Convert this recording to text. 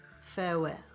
Farewell